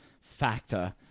factor